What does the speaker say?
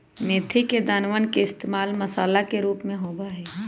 मेथी के दानवन के इश्तेमाल मसाला के रूप में होबा हई